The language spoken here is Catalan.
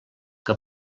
que